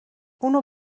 اونو